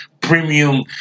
premium